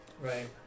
Right